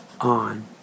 on